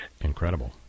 Incredible